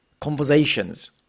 conversations